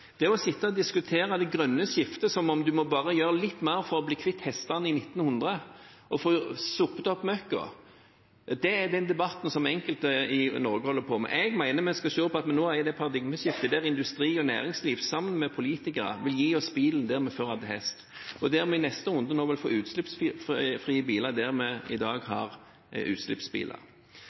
Det å sitte å diskutere det grønne skiftet som om man bare må gjøre litt mer for å bli kvitt hestene og få sopt opp møkka – som i 1900 – er en type debatt enkelte i Norge holder på med. Jeg mener vi må se at det nå er et paradigmeskifte der industri og næringsliv, sammen med politikere, vil gi oss bilen der vi før hadde hest, og der vi i neste runde vil få utslippsfrie biler der vi i dag har utslippsbiler.